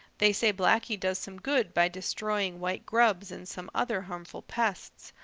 they say blacky does some good by destroying white grubs and some other harmful pests,